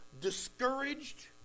discouraged